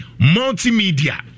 multimedia